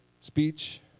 speech